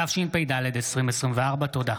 התשפ"ד 2024. תודה.